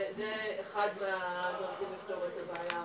זה אחד מהדברים שיפתרו את הבעיה.